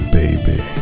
baby